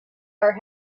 are